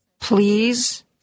Please